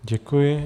Děkuji.